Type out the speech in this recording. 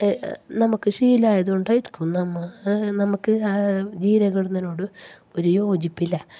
നമുക്ക് ശീലം ആയതുകൊണ്ട് ആയിരിക്കും നമ്മൾ നമുക്ക് ജീരകം ഇടുന്നതിനോട് ഒരു യോജിപ്പില്ല